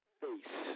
face